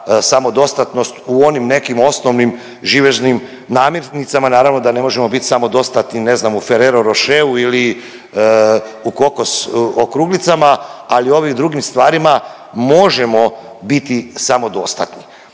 samodostatnost u onim nekim osnovnim živežnim namirnicama, naravno da ne možemo bit samodostatni ne znam u ferrero roscheru ili u kokos okruglicama, ali u ovim drugim stvarima možemo biti samodostatni.